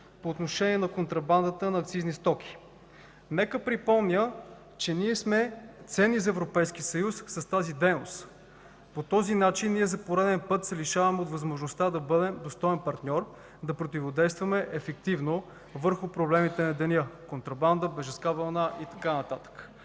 по отношение на контрабандата на акцизни стоки. Нека припомня, че ние сме ценни за Европейския съюз с тази дейност. По този начин за пореден път се лишаваме от възможността да бъдем достоен партньор, да противодействаме ефективно върху проблемите на деня – контрабанда, бежанска вълна и така